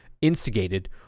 instigated